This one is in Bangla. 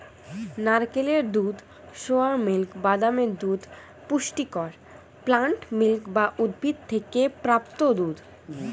নারকেলের দুধ, সোয়া মিল্ক, বাদামের দুধ পুষ্টিকর প্লান্ট মিল্ক বা উদ্ভিদ থেকে প্রাপ্ত দুধ